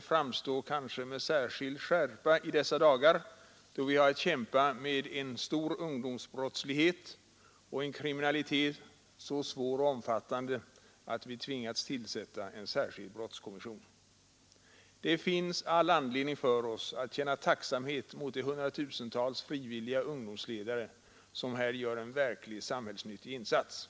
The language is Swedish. framstår med särskild skärpa i dessa dagar, då vi har att kämpa mot en stor ungdomsbrottslighet och en kriminalitet så svår och omfattande att vi tvingats tillsätta en särskild brottskommission. Det finns all anledning för oss att känna tacksamhet mot de hundratusentals frivilliga ungdomsledare som här gör en verkligt samhällsnyttig insats.